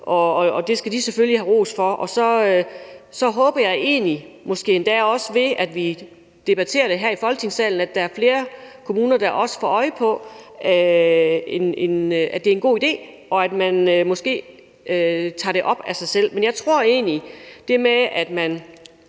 og det skal de selvfølgelig have ros for, og så håber jeg egentlig, måske endda ved at vi debatterer det her i Folketingssalen, at der er flere kommuner, der også får øje på, at det er en god idé, og at man måske tager det op af sig selv. Det med, at man